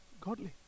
Godly